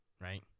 right